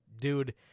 dude